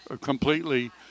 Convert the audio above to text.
completely